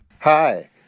Hi